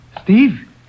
Steve